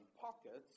pockets